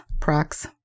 Prox